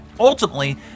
Ultimately